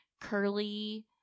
curly